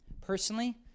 personally